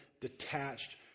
detached